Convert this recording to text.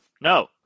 no